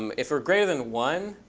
um if we're greater than one,